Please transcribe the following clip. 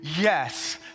yes